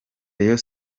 rayon